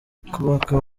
kubaka